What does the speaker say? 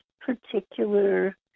particular